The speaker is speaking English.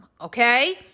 okay